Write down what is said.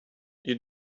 you